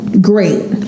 great